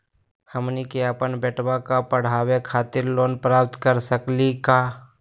हमनी के अपन बेटवा क पढावे खातिर लोन प्राप्त कर सकली का हो?